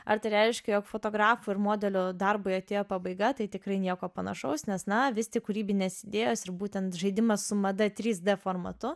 ar tai reiškia jog fotografų ir modelio darbui atėjo pabaiga tai tikrai nieko panašaus nes na vis tik kūrybinės idėjos ir būtent žaidimas su mada trys d formatu